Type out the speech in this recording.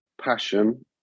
passion